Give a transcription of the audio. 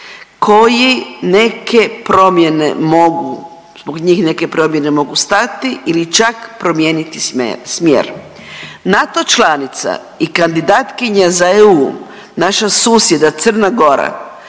koji neke promjene mogu, zbog njih neke promjene mogu stati ili čak promijeniti smjer. NATO članica i kandidatkinja za EU naša susjeda Crna Gora